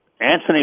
Anthony